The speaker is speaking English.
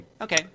Okay